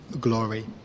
glory